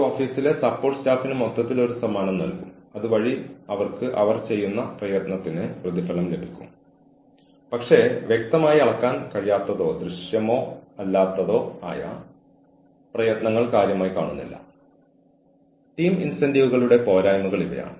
പക്ഷേ കാര്യം അധികം വിട്ടുപോയതിൽ ഖേദമുണ്ട് എന്റെ അടുത്ത് വന്ന് എന്നോട് സംസാരിക്കാൻ സമയവും പരിശ്രമവും നിങ്ങൾക്ക് ആവശ്യമായെന്ന് നിങ്ങൾ പറഞ്ഞാൽ ബന്ധപ്പെട്ട വ്യക്തിക്ക് സുരക്ഷിതത്വം തോന്നും